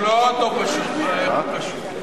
יש לו אוטו פשוט, מה "איך קשור"?